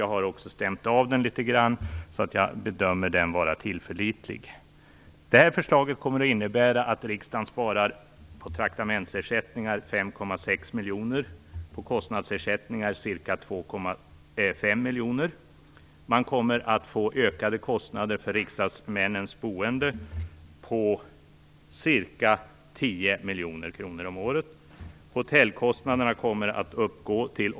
Jag har också stämt av den litet grand och bedömer att den är tillförlitlig. Det här förslaget kommer att innebära att riksdagen sparar 5,6 miljoner på traktamentsersättningar och ca 2,5 miljoner på kostnadsersättningar. Kostnaderna för riksdagsmännens boende kommer att öka med ca 10 miljoner kronor om året.